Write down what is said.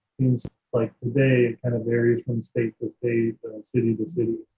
like today it kind of varies from state to state and city to city.